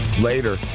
Later